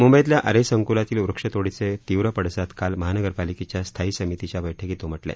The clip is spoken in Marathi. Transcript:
मुंबईतल्या आरे संकुलातील वृक्ष तोडीचे तीव्र पडसाद काल महानगरपालिकेच्या स्थायी समितीच्या बैठकीतही उमटले